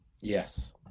Yes